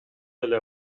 эле